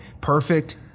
perfect